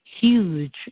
huge